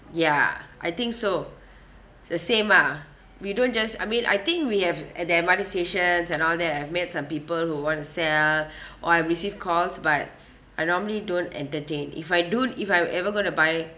ya I think so the same ah we don't just I mean I think we have at the M_R_T stations and all that I've met some people who want to sell or I receive calls but I normally don't entertain if I don't if I'm ever going to buy